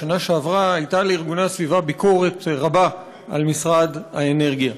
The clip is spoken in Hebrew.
בשנה שעברה הייתה לארגוני הסביבה ביקורת רבה על משרד האנרגיה.